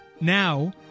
Now